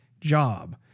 job